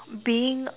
being